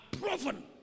proven